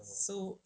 so